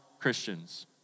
Christians